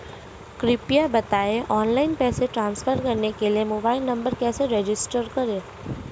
कृपया बताएं ऑनलाइन पैसे ट्रांसफर करने के लिए मोबाइल नंबर कैसे रजिस्टर करें?